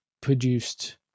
produced